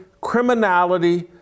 criminality